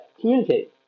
communicate